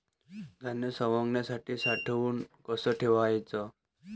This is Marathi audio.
धान्य सवंगल्यावर साठवून कस ठेवाच?